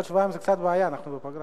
בעוד שבועיים זה קצת בעיה, אנחנו בפגרה.